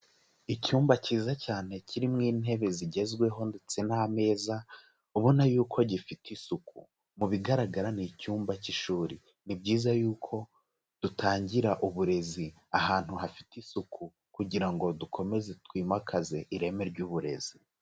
Icyumba cyiza cyane kirimo intebe zigezweho ndetse n'ameza ubona yuko gifite isuku, mu bigaragara ni icyumba cy'ishuri. Ni byiza yuko dutangira uburezi ahantu hafite isuku kugira ngo dukomeze twimakaze ireme ry'uburezi.